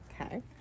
Okay